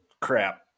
crap